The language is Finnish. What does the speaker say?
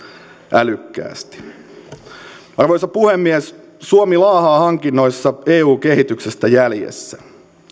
älykkäästi arvoisa puhemies suomi laahaa hankinnoissa eun kehityksestä jäljessä